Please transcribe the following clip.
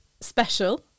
special